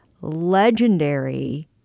legendary